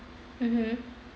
mm